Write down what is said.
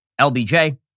LBJ